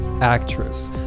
actress